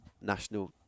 national